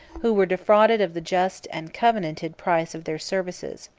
who were defrauded of the just and covenanted price of their services.